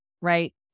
right